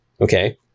okay